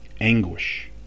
anguish